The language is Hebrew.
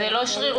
זה לא שרירותית.